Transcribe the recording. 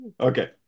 Okay